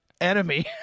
enemy